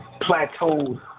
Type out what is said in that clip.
plateaued